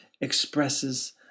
expresses